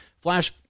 Flash